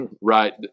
right